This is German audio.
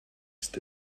ist